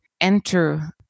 enter